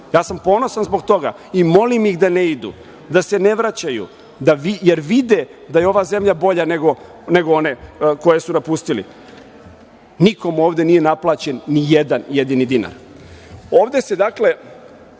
Ja sam ponosan zbog toga i molim ih da ne idu, da se ne vraćaju, jer vide da je ova zemlja bolja nego one koje su napustili. Nikom ovde nije naplaćen nijedan jedini dinar. Ovde se, dakle,